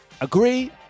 Agree